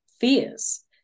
fears